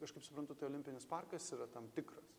aš kaip suprantu tai olimpinis parkas yra tam tikras